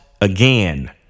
again